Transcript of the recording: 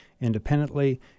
independently